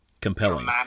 compelling